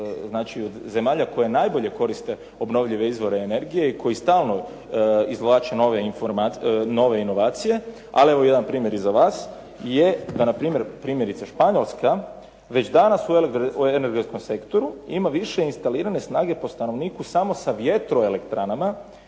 jedna od zemalja koje najbolje koriste obnovljive izvore energije i koji stalno izvlače nove inovacije. Ali evo jedan primjer i za vas je da npr. primjerice Španjolska već danas u energetskom sektoru ima više instalirane snage po stanovniku samo sa vjetroelektrana,